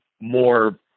more